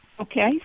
Okay